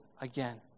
again